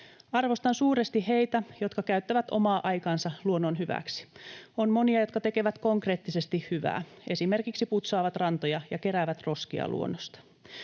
Arvostan suuresti heitä, jotka käyttävät omaa aikaansa luonnon hyväksi. On monia, jotka tekevät konkreettisesti hyvää, esimerkiksi putsaavat rantoja ja keräävät roskia luonnosta,